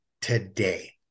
today